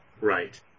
right